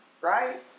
right